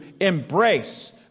embrace